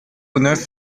neuf